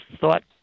thought